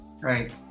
right